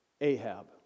Ahab